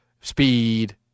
speed